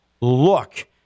look